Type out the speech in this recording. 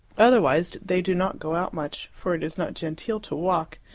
otherwise they do not go out much, for it is not genteel to walk,